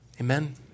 Amen